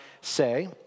say